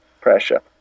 pressure